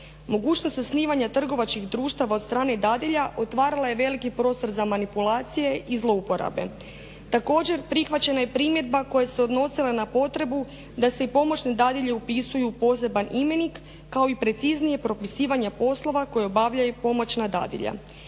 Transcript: Mogućnost osnivanja trgovačkih društava od strane dadilja otvarala je veliki prostor za manipulacije i zlouporabe. Također prihvaćena je primjedba koja se odnosila na potrebu da se i pomoćne dadilje upisuju u poseban imenik kao i preciznije propisivanje poslova koje obavljaju pomoćna dadilja.